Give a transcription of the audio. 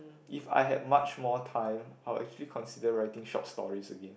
if I had much more time I would actually consider writing short stories again